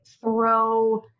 throw